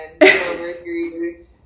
Mercury